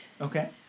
Okay